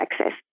access